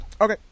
Okay